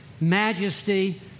majesty